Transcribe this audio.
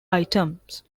items